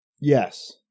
Yes